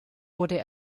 wurde